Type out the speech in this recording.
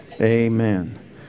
amen